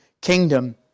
kingdom